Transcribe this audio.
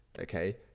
okay